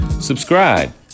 Subscribe